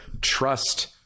trust